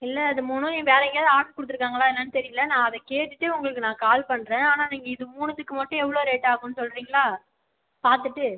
இல்லை அது மூணும் வேறு எங்கேயாவது ஆர்டர் கொடுத்துருக்காங்களா என்னென்னு தெரியலை நான் அதை கேட்டுட்டு உங்களுக்கு நான் கால் பண்ணுறேன் ஆனால் நீங்கள் இது மூணுத்துக்கு மட்டும் எவ்வளோ ரேட் ஆகும்னு சொல்கிறீங்களா பார்த்துட்டு